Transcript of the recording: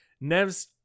Nev's